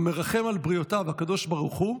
המרחם על בריותיו, הקדוש ברוך הוא,